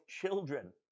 children